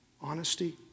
honesty